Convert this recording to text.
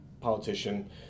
politician